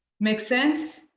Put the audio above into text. makes sense?